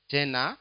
Tena